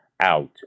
out